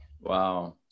Wow